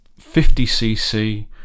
50cc